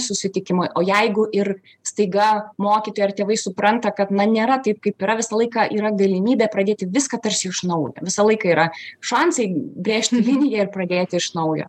susitikimai o jeigu ir staiga mokytoja ar tėvai supranta kad na nėra taip kaip yra visą laiką yra galimybė pradėti viską tarsi iš naujo visą laiką yra šansai brėžti liniją ir pradėti iš naujo